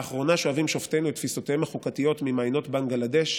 לאחרונה שואבים שופטינו את תפיסותיהם החוקתיות ממעיינות בנגלדש,